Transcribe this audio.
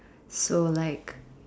so like